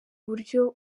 uburyo